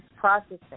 processing